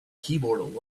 keyboard